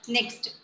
Next